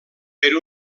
per